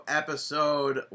episode